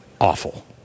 awful